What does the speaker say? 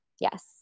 Yes